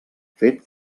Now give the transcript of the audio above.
fet